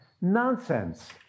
Nonsense